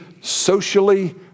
socially